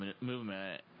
movement